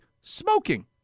smoking